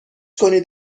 کنید